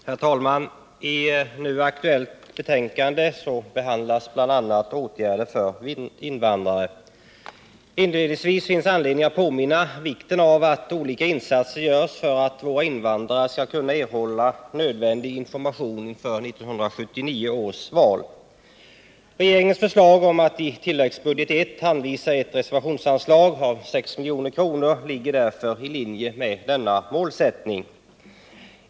Herr talman! I nu aktuellt betänkande behandlas bl.a. åtgärder för invandrare. Det finns anledning att inledningsvis påminna om vikten av att olika insatser görs för att våra invandrare skall kunna erhålla nödvändig information inför 1979 års val. Regeringens förslag om att i tilläggsbudget I anvisa ett reservationsanslag av 6 milj.kr. ligger därför i linje med denna målsättning.